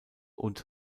und